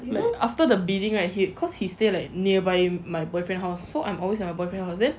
after the bidding right he cause he stay like nearby my boyfriend house so I'm always at my boyfriend house then